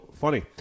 funny